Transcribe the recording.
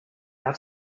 have